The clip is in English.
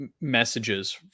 messages